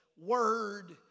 word